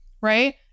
right